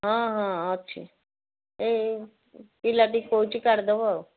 ହଁ ହଁ ଅଛି ଏ ପିଲାଟିକି କହୁଛି କାଢ଼ିଦେବ ଆଉ